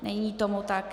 Není tomu tak.